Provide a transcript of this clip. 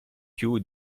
più